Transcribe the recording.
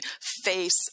face